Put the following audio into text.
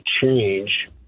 change